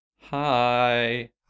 Hi